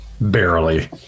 barely